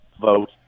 vote